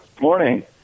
Morning